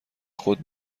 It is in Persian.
خود